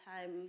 time